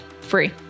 free